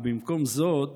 ובמקום זאת